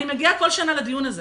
אני מגיעה כל שנה לדיון הזה.